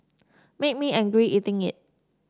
made me angry eating it